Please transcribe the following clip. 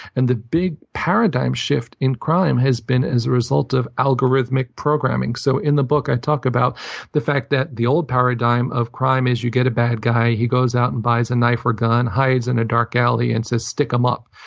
and the big paradigm shift in crime has been as a result of algorithmic programming. so in the book, i talk about the fact that the old paradigm of crime is you get a bad guy. he goes out and buys a knife or gun, hides in a dark alley, and says, stick them up.